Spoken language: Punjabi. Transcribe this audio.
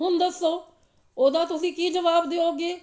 ਹੁਣ ਦੱਸੋ ਉਹਦਾ ਤੁਸੀਂ ਕੀ ਜਵਾਬ ਦਿਉਗੇ